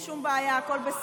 אין שום בעיה, הכול בסדר.